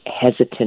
hesitant